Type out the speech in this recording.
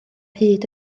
hyd